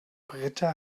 britta